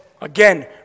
again